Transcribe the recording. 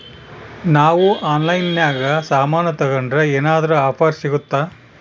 ನಾವು ಆನ್ಲೈನಿನಾಗ ಸಾಮಾನು ತಗಂಡ್ರ ಏನಾದ್ರೂ ಆಫರ್ ಸಿಗುತ್ತಾ?